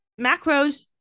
macros